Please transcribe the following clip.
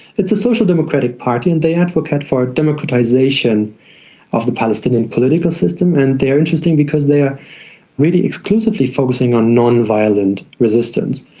it's a social democratic party and they advocate for democratisation of the palestinian political system. and they're interesting because they are really exclusively focussing on non-violent resistance.